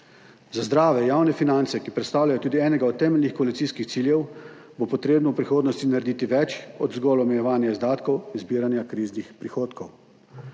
Za zdrave javne finance, ki predstavljajo tudi enega od temeljnih koalicijskih ciljev, bo treba v prihodnosti narediti več od zgolj omejevanja izdatkov in zbiranja kriznih prihodkov.